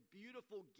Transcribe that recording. beautiful